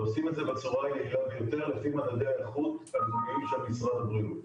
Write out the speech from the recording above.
ועושים את זה בצורה יעילה ביותר לפי מדדי האיכות של משרד הבריאות.